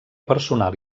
personal